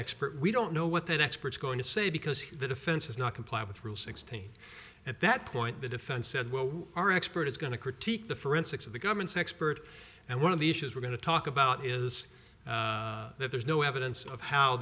expert we don't know what that expert's going to say because he the defense has not complied with rule sixteen at that point the defense said well our expert is going to critique the forensics of the government's expert and one of the issues we're going to talk about is that there's no evidence of how